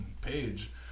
page